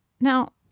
Now